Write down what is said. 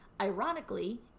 Ironically